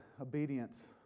obedience